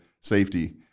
safety